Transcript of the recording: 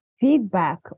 feedback